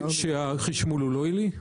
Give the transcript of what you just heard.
שהחשמול הוא לא עילי?